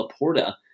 Laporta